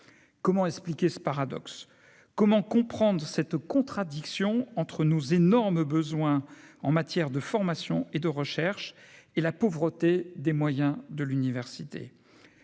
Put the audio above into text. comment expliquer ce paradoxe : comment comprendre cette contradiction entre nous énormes besoins en matière de formation et de recherche et la pauvreté des moyens de l'université,